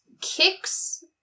kicks